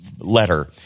letter